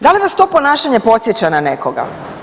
Da li vas to ponašanje podsjeća na nekoga?